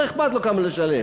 לא אכפת לו כמה הוא משלם.